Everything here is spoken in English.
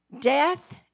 Death